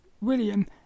William